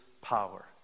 power